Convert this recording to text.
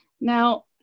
Now